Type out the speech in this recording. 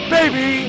Baby